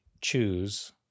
choose